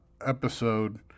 episode